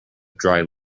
dry